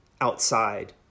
outside